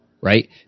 right